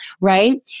right